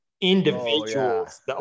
individuals